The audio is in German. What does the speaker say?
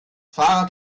fahrrad